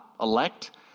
elect